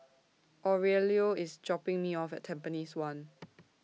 Aurelio IS dropping Me off At Tampines one